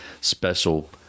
special